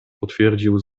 potwierdził